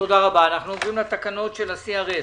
התקנות אושרו.